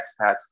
expats